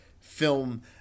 film